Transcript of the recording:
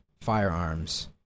firearms